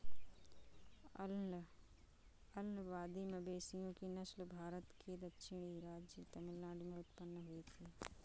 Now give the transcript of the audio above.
अलंबादी मवेशियों की नस्ल भारत के दक्षिणी राज्य तमिलनाडु में उत्पन्न हुई थी